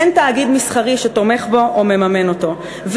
אין תאגיד מסחרי שתומך בו או מממן אותו.